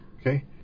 okay